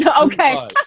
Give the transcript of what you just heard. Okay